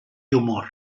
humor